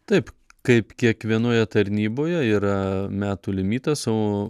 taip kaip kiekvienoje tarnyboje yra metų limitas o